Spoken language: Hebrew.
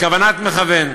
בכוונת מכוון.